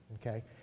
okay